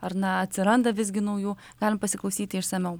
ar na atsiranda visgi naujų galim pasiklausyti išsamiau